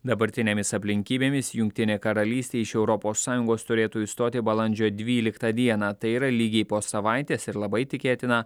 dabartinėmis aplinkybėmis jungtinė karalystė iš europos sąjungos turėtų išstoti balandžio dvyliktą dieną tai yra lygiai po savaitės ir labai tikėtina